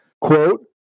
quote